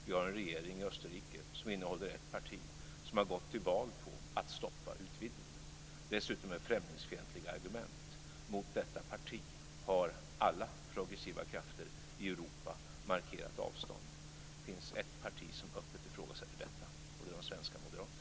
Vi har en regering i Österrike som innehåller ett parti som har gått till val på att stoppa utvidgningen, dessutom med främlingsfientliga argument. Mot detta parti har alla progressiva krafter i Europa markerat avstånd. Det finns ett parti som öppet ifrågasätter detta, och det är de svenska moderaterna.